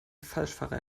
falschfahrer